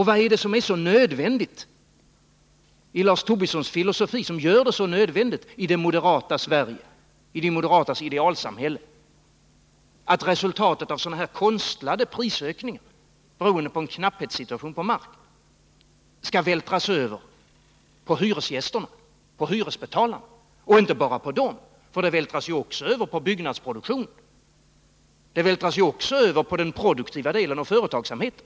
Vad är det som gör det så nödvändigt i de moderatas idealsamhälle att resultaten av sådana konstlade prisökningar, beroende på knappheten på mark, vältras över på hyresbetalarna, och inte bara på dem — de vältras också över på byggnadsproduktionen, på den produktiva delen av företagsamheten.